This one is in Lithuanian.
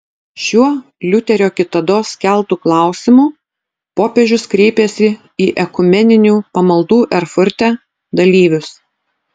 šiuo liuterio kitados keltu klausimu popiežius kreipėsi į ekumeninių pamaldų erfurte dalyvius